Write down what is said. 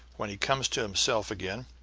when he comes to himself again,